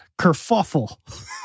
Kerfuffle